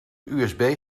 usb